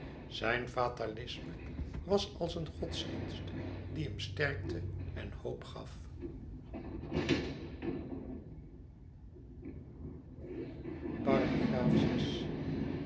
zijn zijn fatalisme was als een godsdienst die hem sterkte en hoop gaf